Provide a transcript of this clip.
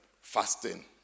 fasting